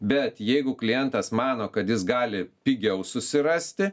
bet jeigu klientas mano kad jis gali pigiau susirasti